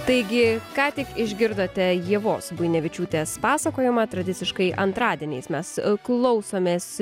taigi ką tik išgirdote ievos guinevičiūtės pasakojimą tradiciškai antradieniais mes klausomės